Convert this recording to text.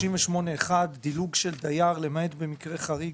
בתמ"א 38 דילוג של דייר למעט מקרה חריג